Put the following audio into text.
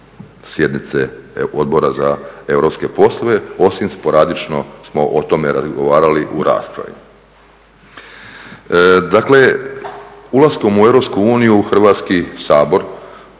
sjednice Odbora za europske poslove, osim sporadično smo o tome razgovarali u raspravi. Dakle, ulaskom u EU Hrvatski sabor